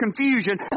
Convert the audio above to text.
confusion